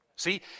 See